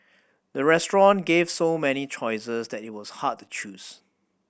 the restaurant gave so many choices that it was hard to choose